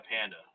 panda